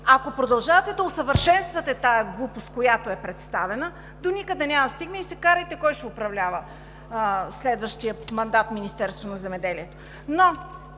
Ако продължавате да усъвършенствате тази глупост, която е представена, доникъде няма да стигне и се карайте кой ще управлява следващия мандат Министерството на земеделието.